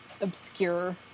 obscure